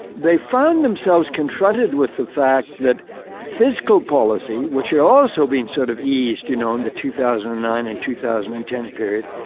they found themselves confronted with the fact that fiscal policy, which had also been sort of eased in you know and the two thousand and nine and two thousand and ten period,